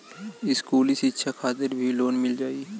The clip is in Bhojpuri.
इस्कुली शिक्षा खातिर भी लोन मिल जाई?